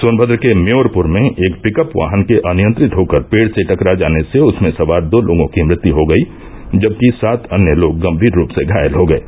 सोनभद्र के म्योरपुर में एक पिकप वाहन के अनियंत्रित होकर पेड़ से टकरा जाने से उसमें सवार दो लोगों की मृत्यु हो गयी जबकि सात अन्य लोग गम्भीर रूप से घायल हो गये